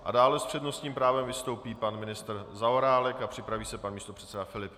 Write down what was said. A dále s přednostním právem vystoupí pan ministr Zaorálek a připraví se pan místopředseda Filip.